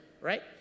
right